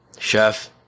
Chef